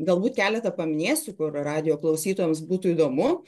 galbūt keletą paminėsiu kur radijo klausytojams būtų įdomu